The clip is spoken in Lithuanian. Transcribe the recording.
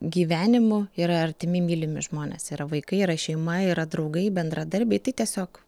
gyvenimų yra artimi mylimi žmonės yra vaikai yra šeima yra draugai bendradarbiai tai tiesiog